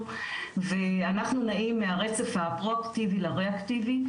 ואנחנו נעים מהרצף הפרואקטיבי לריאקטיבי,